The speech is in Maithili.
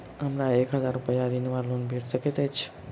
हमरा एक हजार रूपया ऋण वा लोन भेट सकैत अछि?